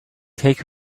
take